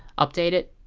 update it